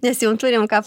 mes jum turim ką